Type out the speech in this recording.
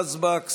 היבה יזבק,